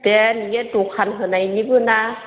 बे नोंनिया दखान होनायनिबो ना